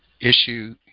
issue